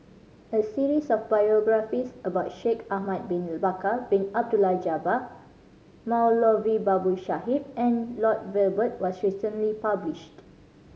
a series of biographies about Shaikh Ahmad Bin Bakar Bin Abdullah Jabbar Moulavi Babu Sahib and Lloyd Valberg was recently published